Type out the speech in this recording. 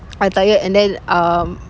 I tired and then um